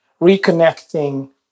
reconnecting